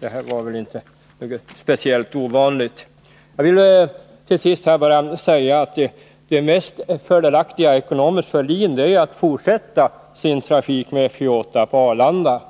Detta var väl inte något speciellt ovanligt. Jag vill till sist bara säga att det ekonomiskt mest fördelaktiga för LIN är att fortsätta sin trafik med F-28 på Arlanda.